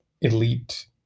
elite